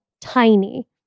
tiny